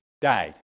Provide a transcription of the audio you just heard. died